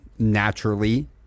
Naturally